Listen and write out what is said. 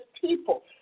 people